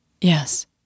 Yes